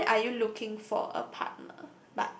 why are you looking for a partner